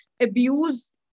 abuse